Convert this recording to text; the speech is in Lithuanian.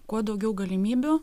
kuo daugiau galimybių